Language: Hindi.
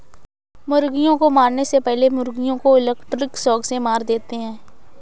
मुर्गियों को मारने से पहले मुर्गियों को इलेक्ट्रिक शॉक से मार देते हैं